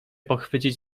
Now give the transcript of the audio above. pochwycić